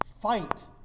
fight